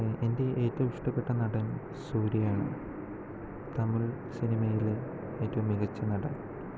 എൻ്റെ ഏറ്റവും ഇഷ്ടപ്പെട്ട നടൻ സൂര്യയാണ് തമിഴ് സിനിമയിലെ ഏറ്റവും മികച്ച നടൻ